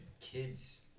kids